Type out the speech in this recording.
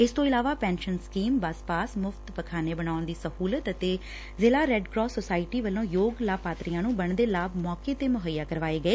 ਇਸ ਤੋਂ ਇਲਾਵਾ ਪੈਨਸ਼ਨ ਸਕੀਮ ਬੱਸ ਪਾਸ ਮੁਫ਼ਤ ਪਾਖਾਨੇ ਬਣਾਉਣ ਦੀ ਸਹੂਲਤ ਅਤੇ ਜ਼ਿਲ੍ਹਾ ਰੈੱਡ ਕਰਾਸ ਸੋਸਾਇਟੀ ਵੱਲੋ ਯੋਗ ਲਾਭਪਾਤਰੀਆਂ ਨੂੰ ਬਣਦੇ ਲਾਭ ਮੌਕੇ ਤੇ ਮੁਹੱਈਆ ਕਰਵਾਏ ਗਏ